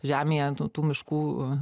žemėje tų miškų